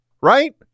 right